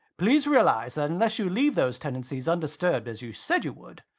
please realise that unless you leave those tenancies undisturbed as you said you would,